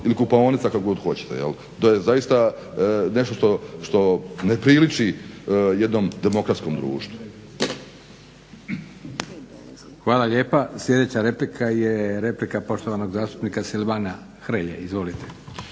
ili kupaonica, kako god hoćete. To je zaista nešto što ne priliči jednom demokratskom društvu. **Leko, Josip (SDP)** Hvala lijepa. Sljedeća replika je replika poštovanog zastupnika Silvana Hrelje, izvolite.